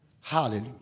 Hallelujah